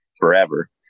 forever